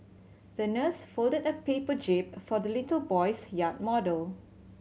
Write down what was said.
the nurse folded a paper jib for the little boy's yacht model